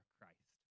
Christ